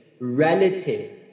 relative